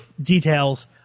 details